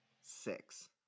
six